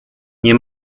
nie